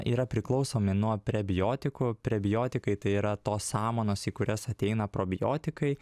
yra priklausomi nuo prebiotikų prebiotikai tai yra tos sąmanos į kurias ateina probiotikai